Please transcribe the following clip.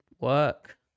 work